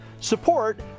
support